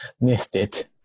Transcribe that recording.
nested